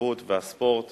התרבות והספורט